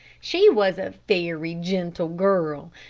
she was a very gentle girl,